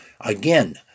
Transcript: Again